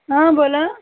हां बोला